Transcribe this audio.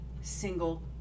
single